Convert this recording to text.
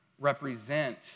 represent